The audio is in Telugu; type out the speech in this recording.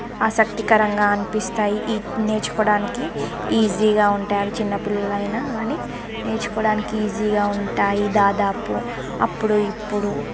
ఆసక్తికరంగా అనిపిస్తాయి వీటిని నేర్చుకోవడానికి ఈజీగా ఉంటాయి అవి చిన్నపిల్లలయినా కానీ నేర్చుకోవడానికి ఈజీగా ఉంటాయి దాదాపు అప్పుడు ఇప్పుడు